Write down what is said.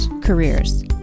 careers